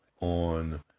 on